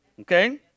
Okay